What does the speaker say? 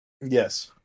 Yes